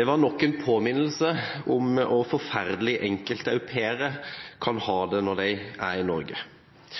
Det var nok en påminnelse om hvor forferdelig enkelte au pairer kan ha